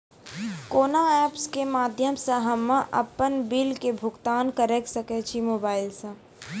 कोना ऐप्स के माध्यम से हम्मे अपन बिल के भुगतान करऽ सके छी मोबाइल से?